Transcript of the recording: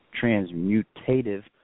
transmutative